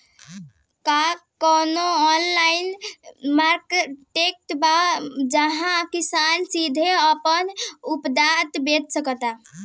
का कोनो online marketplace बा जहां किसान सीधे अपन उत्पाद बेच सकता?